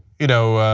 you know,